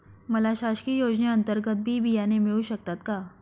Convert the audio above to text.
मला शासकीय योजने अंतर्गत बी बियाणे मिळू शकतात का?